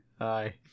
hi